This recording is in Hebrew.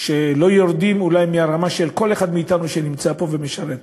שלא יורדים אולי מהרמה של כל אחד מאתנו שנמצא פה ומשרת פה.